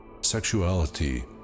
sexuality